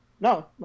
no